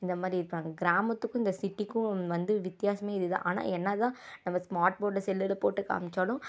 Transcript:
இந்த மாதிரி இருக்காங்க கிராமத்துக்கும் இந்த சிட்டிக்கும் வந்து வித்தியாசமே இது தான் ஆனால் என்ன தான் நம்ம ஸ்மார்ட் போர்ட்டில் செல்லில் போட்டு காமிச்சாலும் அந்த